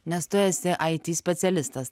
nes tu esi it specialistas